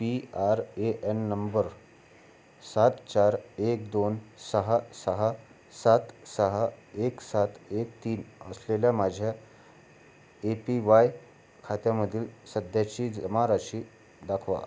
P R A N number सात चार एक दोन सहा सहा सात सहा एक सात एक तीन असलेल्या माझ्या ए पी वाय खात्यामधील सध्याची जमा राशी दाखवा